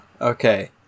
okay